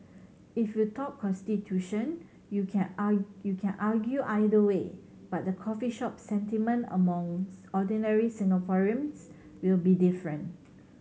if you talk constitution you can you can argue either way but the coffee shop sentiment among ordinary Singaporeans will be different